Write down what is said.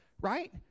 right